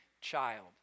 child